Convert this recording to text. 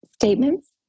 statements